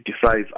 decides